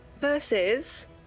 versus